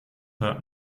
hört